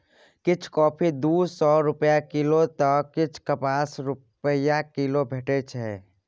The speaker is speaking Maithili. किछ कॉफी दु सय रुपा किलौ तए किछ पचास रुपा किलो भेटै छै